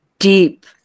deep